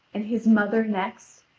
and his mother next,